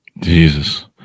Jesus